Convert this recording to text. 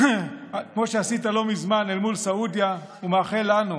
כמו שעשית לא מזמן אל מול סעודיה, ומאחל לנו